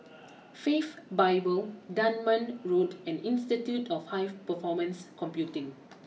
Faith Bible Dunman Road and Institute of High Performance Computing